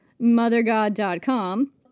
MotherGod.com